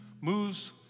moves